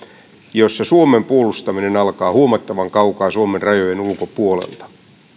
jossa suomen puolustaminen alkaa huomattavan kaukaa suomen rajojen ulkopuolelta